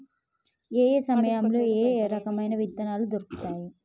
ఏయే సమయాల్లో ఏయే రకమైన విత్తనాలు దొరుకుతాయి?